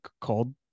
called